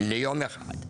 ליום אחד.